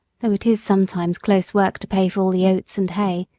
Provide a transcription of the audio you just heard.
though it is sometimes close work to pay for all the oats and hay,